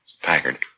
Packard